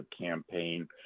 campaign